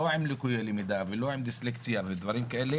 לא עם לקויות למידה ולא עם דיסלקציה ודברים כאלה,